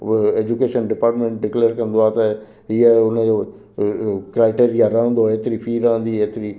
उहो education department declare कंदो आहे त हीअं हुनजो क्राइटेरिया रहंदो ऐतिरी फ़ी रहंदी ऐतिरी